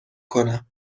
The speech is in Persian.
کنم